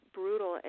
brutal